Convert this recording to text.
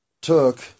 took